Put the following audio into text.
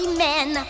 men